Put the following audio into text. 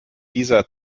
dieser